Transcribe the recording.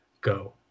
go